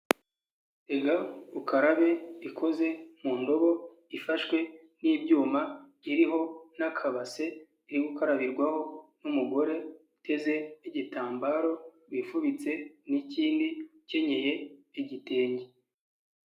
Tega ukarabe ikoze mu ndobo, ifashwe n'ibyuma iriho n'akabase, iri gukarabirwaho n'umugore uteze igitambaro, wifubitse n'ikindi ukenyeye igitenge.